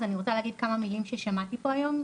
אז אני רוצה להגיד כמה מילים ששמעתי פה היום.